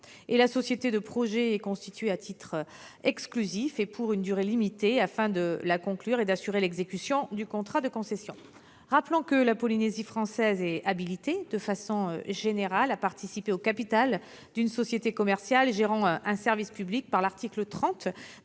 la société de projet est constituée à titre exclusif et pour une durée limitée afin de conclure et d'assurer l'exécution du contrat de concession. Rappelons que la Polynésie française est habilitée de façon générale à participer au capital d'une société commerciale gérant un service public, aux termes de l'article 30